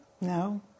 no